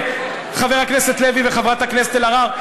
חבר הכנסת לוי וחברת הכנסת אלהרר,